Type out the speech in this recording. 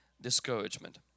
discouragement